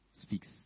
speaks